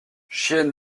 chienne